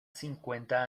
cincuenta